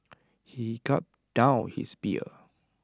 he gulped down his beer